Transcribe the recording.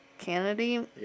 Kennedy